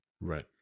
Right